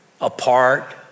Apart